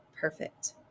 perfect